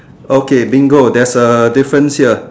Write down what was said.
okay bingo there's a difference here